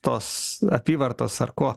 tos apyvartos ar ko